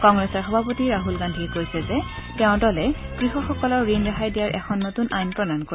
কংগ্ৰেছৰ সভাপতি ৰাহুল গান্ধীয়ে কৈছে যে তেওঁৰ দলে কৃষকসকলৰ ঋণ ৰেহাই দিয়াৰ এখন নতুন আইন প্ৰণয়ন কৰিব